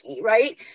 right